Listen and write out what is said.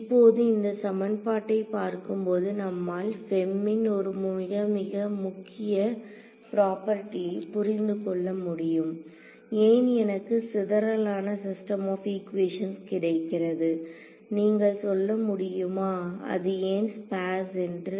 இப்போது இந்த சமன்பாட்டை பார்க்கும்போது நம்மால் FEM ன் ஒரு மிக மிக முக்கிய பிராப்பர்டியை புரிந்து கொள்ள முடியும் ஏன் எனக்கு சிதறல் ஆன சிஸ்டம் ஆப் ஈக்குவேஷன்ஸ் கிடைக்கிறது நீங்கள் சொல்ல முடியுமா அது ஏன் ஸ்பேர்ஸ் என்று